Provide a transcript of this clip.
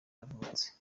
yavutse